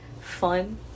fun